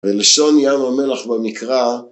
ולשון ים המלח במקרא